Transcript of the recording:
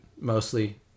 mostly